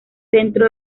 centro